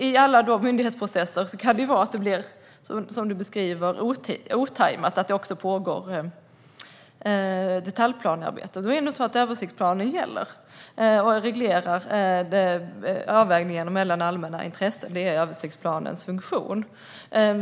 I alla myndighetsprocesser kan flödet bli otajmat, som Gunilla Nordgren beskriver, det vill säga att det också pågår detaljplanearbete. Då är det nog så att översiktsplanen gäller och reglerar avvägningen mellan intressena; det är översiktsplanens funktion.